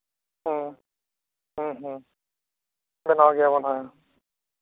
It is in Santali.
ᱦᱩᱸ ᱦᱩᱸ ᱦᱩᱸ ᱞᱟᱜᱟᱣ ᱜᱮᱭᱟ ᱵᱚᱱ ᱦᱮᱸ